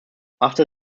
after